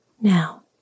Now